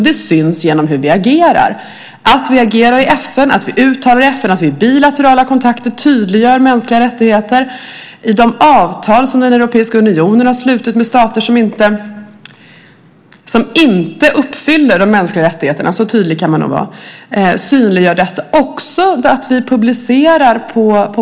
Det syns genom hur vi agerar, alltså att vi agerar i FN, att vi uttalar oss i FN och att vi i bilaterala kontakter tydliggör mänskliga rättigheter i de avtal som den europeiska unionen har slutit med stater som inte uppfyller de mänskliga rättigheterna - så tydlig kan man nog vara - och synliggör detta.